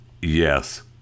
Yes